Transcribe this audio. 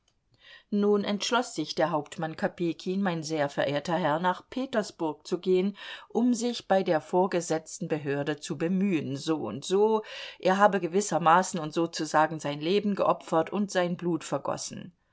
nun entschloß sich der hauptmann kopejkin mein sehr verehrter herr nach petersburg zu gehen um sich bei der vorgesetzten behörde zu bemühen so und so er habe gewissermaßen und sozusagen sein leben geopfert und sein blut vergossen